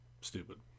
stupid